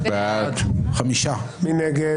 מי נגד?